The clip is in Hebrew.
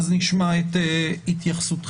נשמע את התייחסותכם.